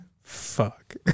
fuck